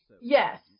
Yes